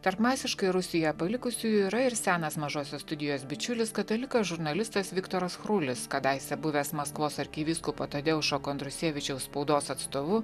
tarp masiškai rusiją palikusiųjų yra ir senas mažosios studijos bičiulis katalikas žurnalistas viktoras chrulis kadaise buvęs maskvos arkivyskupo tadeušo kondrusievičiaus spaudos atstovu